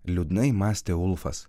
liūdnai mąstė ulfas